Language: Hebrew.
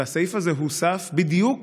והסעיף הזה הוסף בדיוק